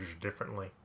differently